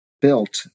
built